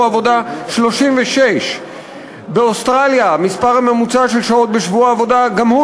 עבודה הוא 36. באוסטרליה המספר הממוצע של שעות בשבוע עבודה גם הוא